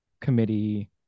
Committee